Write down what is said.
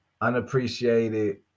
unappreciated